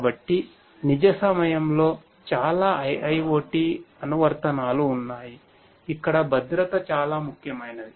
కాబట్టి నిజ సమయంలో చాలా IIoT అనువర్తనాలు ఉన్నాయి ఇక్కడ భద్రత చాలా ముఖ్యమైనధి